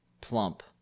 plump